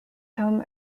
home